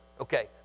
okay